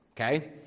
Okay